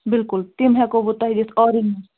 بِلکُل تِم ہٮ۪کہو بہٕ تُہۍ دِتھ آرگینِک